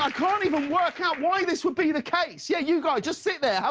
ah can't even work out why this would be the case! yeah you just sit there,